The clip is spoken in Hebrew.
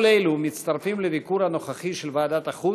כל אלו מצטרפים לביקור הנוכחי של ועדת החוץ,